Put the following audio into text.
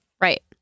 right